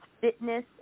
fitness